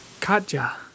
Katja